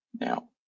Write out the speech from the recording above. Now